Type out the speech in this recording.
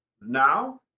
now